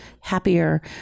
happier